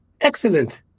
Excellent